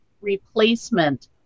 replacement